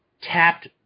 tapped